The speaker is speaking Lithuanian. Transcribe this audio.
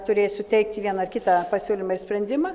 turėsiu teikti vieną kitą pasiūlymą ir sprendimą